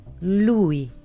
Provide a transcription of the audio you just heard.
Lui